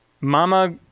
mama